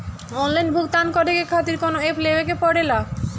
Online भुगतान करके के खातिर कौनो ऐप लेवेके पड़ेला?